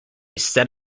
set